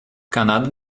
канада